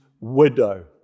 widow